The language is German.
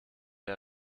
der